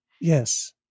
Yes